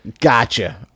Gotcha